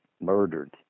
murdered